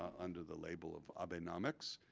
under the label of abenomics.